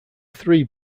three